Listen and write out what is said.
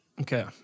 Okay